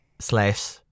slash